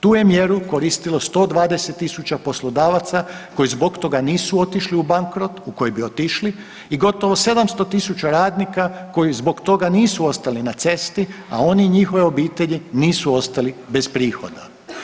Tu je mjeru koristilo 120.000 poslodavaca koji zbog toga nisu otišli u bankrot u koji bi otišli i gotovo 700.000 radnika koji zbog toga nisu ostali na cesti, a oni i njihove obitelji nisu ostali bez prihoda.